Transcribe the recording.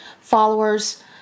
followers